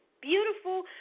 beautiful